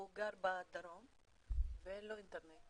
הוא גר בדרום ואין לו אינטרנט